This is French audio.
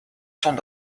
son